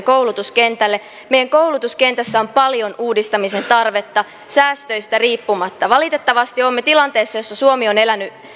koulutuskentälle meidän koulutuskentässä on paljon uudistamisen tarvetta säästöistä riippumatta valitettavasti olemme tilanteessa jossa suomi on elänyt